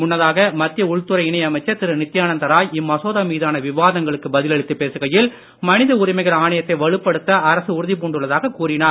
முன்னதாக மத்திய உள்துறை அமைச்சர் திரு நித்யானந்த ராய் இம்மசோதா மீதான இணை விவாதங்களுக்கு பதிலளித்து பேசுகையில் மனித உரிமைகள் ஆணையத்தை வலுப்படுத்த அரசு உறுதிபூண்டுள்ளதாகக் கூறினார்